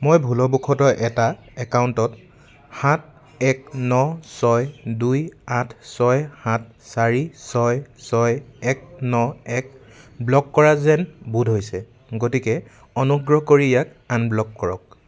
মই ভুলবশতঃ এটা একাউণ্টত সাত এক ন ছয় দুই আঠ ছয় সাত চাৰি ছয় ছয় এক ন এক ব্লক কৰা যেন বোধ হৈছে গতিকে অনুগ্ৰহ কৰি ইয়াক আনব্লক কৰক